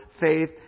faith